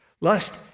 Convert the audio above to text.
Lust